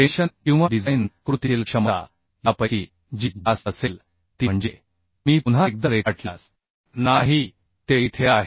tension किंवा design कृतीतील क्षमता यापैकी जी जास्त असेल ती म्हणजे मी पुन्हा एकदा रेखाटल्यास नाही ते इथे आहे